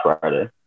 Friday